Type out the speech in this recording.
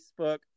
Facebook